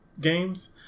games